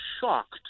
shocked